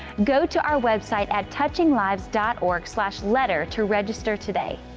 go to our website at touchinglives dot org slash letter to register today.